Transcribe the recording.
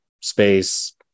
Space